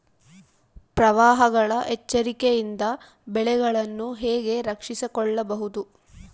ಪ್ರವಾಹಗಳ ಎಚ್ಚರಿಕೆಯಿಂದ ಬೆಳೆಗಳನ್ನು ಹೇಗೆ ರಕ್ಷಿಸಿಕೊಳ್ಳಬಹುದು?